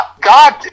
God